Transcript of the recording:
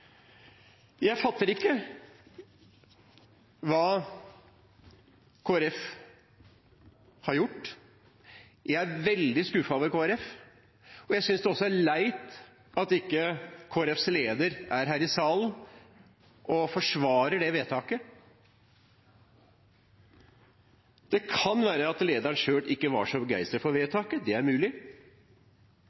Jeg fatter ikke hva Kristelig Folkeparti har gjort. Jeg er veldig skuffet over Kristelig Folkeparti, og så synes jeg det er leit at ikke Kristelig Folkepartis leder er her i salen og forsvarer det vedtaket. Det kan være at lederen selv ikke var så begeistret for vedtaket. Det er mulig.